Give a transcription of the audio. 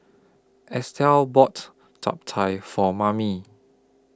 Estel bought Chap Chai For Mamie